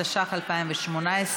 התשע"ח 2018,